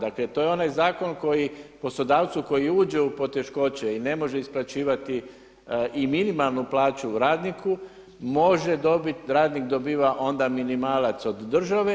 Dakle, to je onaj zakon koji poslodavcu koji uđe u poteškoće i ne može isplaćivati i minimalnu plaću radniku može dobit, radnik dobiva onda minimalac od države.